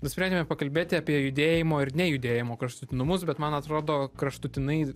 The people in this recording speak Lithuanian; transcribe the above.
nusprendėme pakalbėti apie judėjimo ir nejudėjimo kraštutinumus bet man atrodo kraštutinai